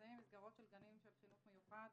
שנמצאים במסגרות של גני חינוך מיוחד